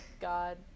God